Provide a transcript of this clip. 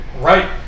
Right